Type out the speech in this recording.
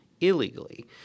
illegally